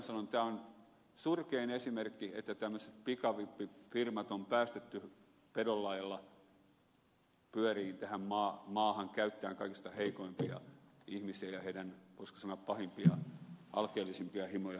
tämä on surkein esimerkki että tämmöiset pikavippifirmat on päästetty pedon lailla pyörimään tähän maahan käyttämään kaikista heikoimpia ihmisiä ja heidän voisiko sanoa pahimpia alkeellisimpia himoja hyväkseen